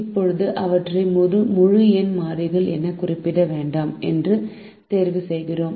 இப்போது அவற்றை முழு எண் மாறிகள் என்று குறிப்பிட வேண்டாம் என்று தேர்வு செய்கிறோம்